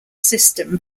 system